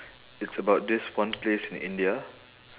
it's about this one place in india